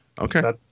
Okay